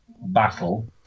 battle